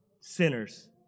sinners